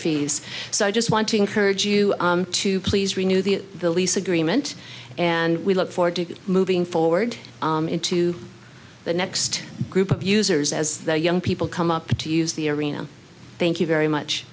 fees so i just want to encourage you to please remove the the lease agreement and we look forward to moving forward into the next group of users as the young people come up to use the arena thank you very much